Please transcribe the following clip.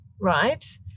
right